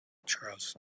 charles